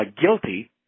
guilty